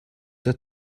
der